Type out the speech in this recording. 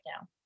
now